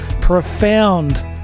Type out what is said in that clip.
profound